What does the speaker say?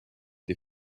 des